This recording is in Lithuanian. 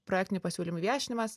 projektinių pasiūlymų viešinimas